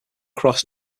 cross